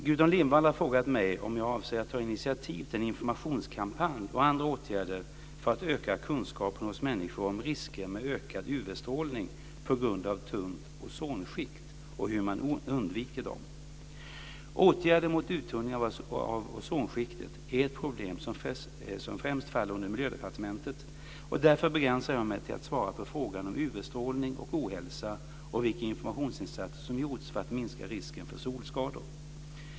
Gudrun Lindvall har frågat mig om jag avser att ta initiativ till en informationskampanj och andra åtgärder för att öka kunskapen hos människor om risker med ökad UV-strålning på grund av tunt ozonskikt och hur man undviker dem. Åtgärder mot uttunningen av ozonskiktet är ett problem som främst faller under Miljödepartementet, och därför begränsar jag mig till att svara på frågan om UV-strålning och ohälsa och vilka informationsinsatser som gjorts för att minska risken för solskador.